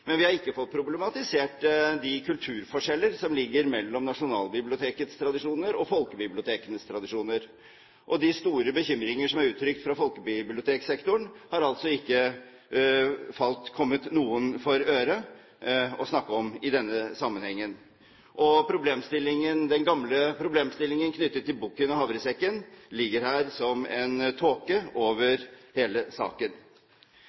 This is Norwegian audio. Men vi har ikke fått problematisert de kulturforskjeller som ligger mellom Nasjonalbibliotekets tradisjoner og folkebibliotekenes tradisjoner. De store bekymringer som er uttrykt fra folkebiblioteksektoren, har altså ikke kommet noen for øre og ikke blitt snakket om i denne sammenhengen. Den gamle problemstillingen knyttet til bukken og havresekken ligger som en tåke over hele saken.